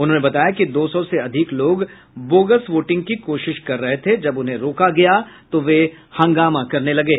उन्होंने बताया कि दो सौ से अधिक लोग बोगस वोटिंग की कोशिश कर रहे थे जब उन्हें रोका गया तो वे हंगामा करने लगे